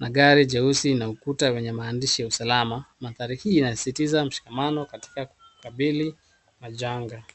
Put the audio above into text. na gari jeusi na ukuta wenye maandishi ya usalama. Maandhari hii inasisitiza mshikamano katika kukabili majanga.